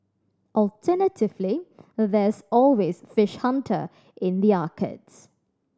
alternatively there's always Fish Hunter in the arcades